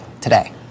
today